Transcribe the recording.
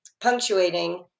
punctuating